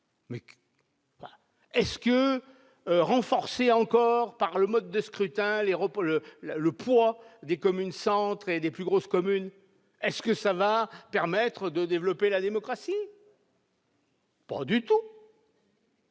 ! Est-ce que renforcer encore, par le mode de scrutin, le poids des communs centres et des plus grosses communes permettra de développer la démocratie ? Pas du tout !